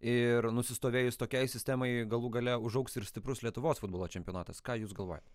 ir nusistovėjus tokiai sistemai galų gale užaugs ir stiprus lietuvos futbolo čempionatas ką jūs galvojat